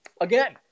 again